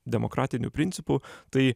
demokratiniu principu tai